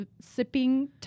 sipping